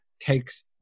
takes